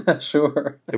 Sure